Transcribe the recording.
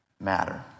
matter